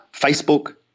Facebook